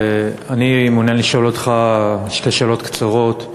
אני מעוניין לשאול אותך שתי שאלות קצרות.